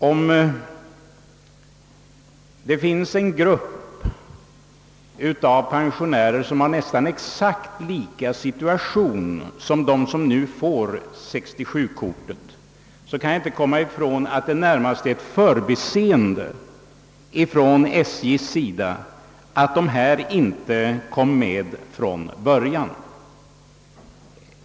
Om det finns en grupp av pensionärer som befinner sig i nästan exakt samma situation som de som nu får 67-kortet, kan jag inte komma ifrån att det närmast är ett förbiseende från SJ att den inte togs med från början.